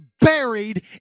buried